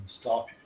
stop